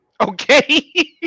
Okay